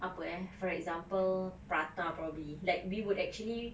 apa eh for example prata probably like we would actually